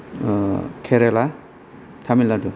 Kerala Tamil Nadu